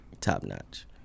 top-notch